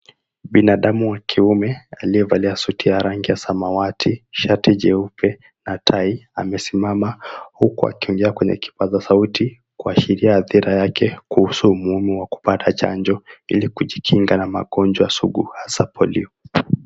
Binadamu wa kiume aliyevalia suti ya rangi ya samawati, shati jeupe na tai, amesimama huku akiongea kwenye kipaza sauti kuashiria hadhira yake kuhusu umuhimu wa kupata chanjo ili kujikinga na magonjwa sugu hasa polio .